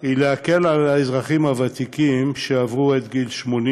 היא להקל על האזרחים הוותיקים שעברו את גיל 80